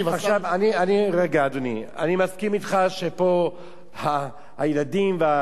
אני מסכים אתך שפה הילדים והנערים יותר בקיאים מאתנו,